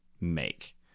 make